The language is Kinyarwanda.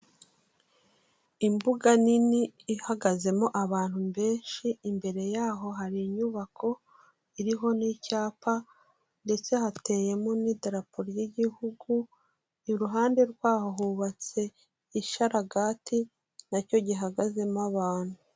Imbuga nini ihagazemo abantu benshi, imbere yaho hari inyubako iriho n'icyapa ndetse hateyemo n'idarapo ry'igihugu, iruhande rwaho hubatse isharagati na cyo gihagazemo abantu.